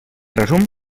resum